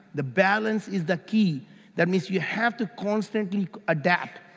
the balance is the key that means you have to constantly adapt,